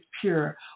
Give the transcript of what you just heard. pure